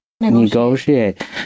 negotiate